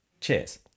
cheers